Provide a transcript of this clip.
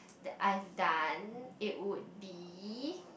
that I've done it would be